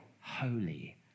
holy